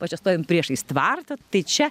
o čia stovim priešais tvartą tai čia